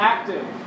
Active